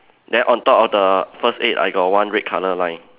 then on top of the first aid I got one red colour line